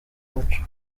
umuco